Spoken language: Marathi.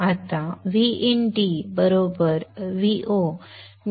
आता dVod